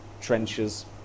trenches